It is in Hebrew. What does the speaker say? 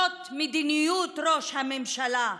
זאת מדיניות, ראש הממשלה.